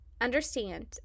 understand